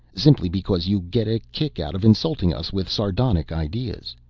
simply because you get a kick out of insulting us with sardonic ideas.